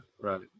Right